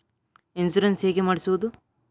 Insurance ಹೇಗೆ ಮಾಡಿಸುವುದು?